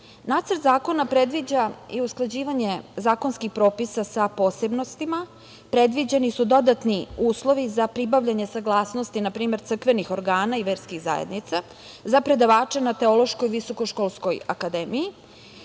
zakona predviđa i usklađivanje zakonskih propisa sa posebnostima. Predviđeni su dodatni uslovi za pribavljanje saglasnosti npr. crkvenih organa i verskih zajednica za predavače na Teološkoj visokoškolskoj akademiji,